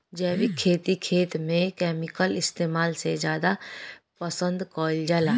जैविक खेती खेत में केमिकल इस्तेमाल से ज्यादा पसंद कईल जाला